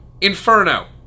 Inferno